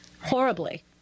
horribly